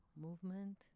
movement